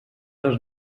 les